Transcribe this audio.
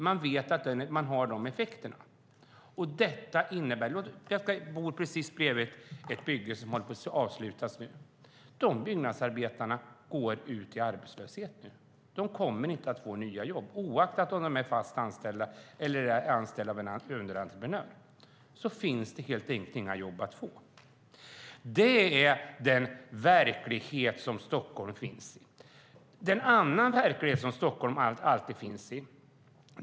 Man visste att det skulle få de effekterna. Jag bor precis bredvid ett bygge som nu håller på att avslutas. De byggnadsarbetarna går ut i arbetslöshet. De kommer inte att få nya jobb oavsett om de är fast anställda eller anställda av en underentreprenör. Det finns helt enkelt inga jobb att få. Det är den verklighet som finns i Stockholm. Låt mig påminna om en annan verklighet som också alltid finns i Stockholm.